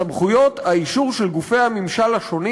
סמכויות האישור של גופי הממשל השונים